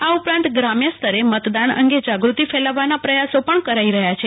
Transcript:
આ ઉપરાંત ગ્રામ્યસ્તરે મતદાન અંગે જાગૃતિ ફેલાવવાના પ્રયોસો પણ કરાઈ રહ્યા છે